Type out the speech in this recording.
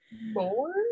more